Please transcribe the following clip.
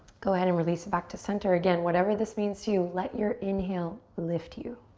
go ahead and release it back to center. again, whatever this means to you, let your inhale lift you.